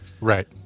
Right